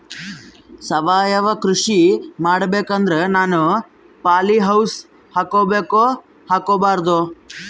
ಸಾವಯವ ಕೃಷಿ ಮಾಡಬೇಕು ಅಂದ್ರ ನಾನು ಪಾಲಿಹೌಸ್ ಹಾಕೋಬೇಕೊ ಹಾಕ್ಕೋಬಾರ್ದು?